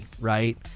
right